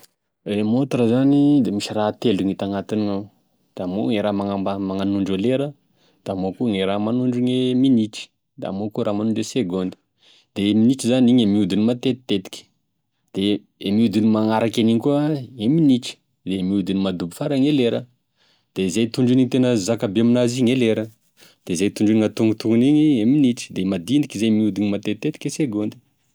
E montre zany da misy raha telo gn'hita agnatiny gn'ao, da amignao e raha manamba- monondro e lera, da amignao e manondro gne minitry, da amignao e manondro e segondy, de minitra zany iny e miodigny matetitetiky, da e miodigny magnariky an'igny koa minitra de miodigny madobo farany e lera, da izay tondrohigne tegna zakabe aminazy igny e lera, ze tondrohigne antognontogniny igny e minitra, de madinika zay miodigny matetiteky segonda.